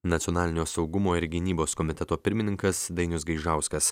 nacionalinio saugumo ir gynybos komiteto pirmininkas dainius gaižauskas